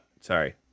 Sorry